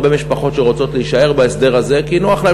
יש הרבה משפחות שרוצות להישאר בהסדר הזה כי נוח להן